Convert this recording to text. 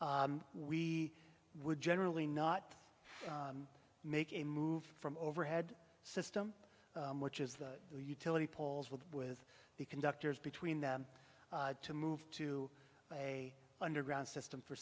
we would generally not make a move from overhead system which is the utility poles with with the conductors between them to move to a underground system for